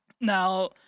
Now